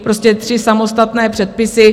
Prostě tři samostatné předpisy;